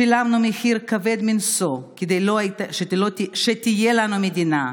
שילמנו מחיר כבד מנשוא כדי שתהיה לנו מדינה.